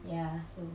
ya so